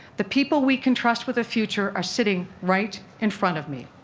the people we can trust for the future are sitting right in front of me.